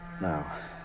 Now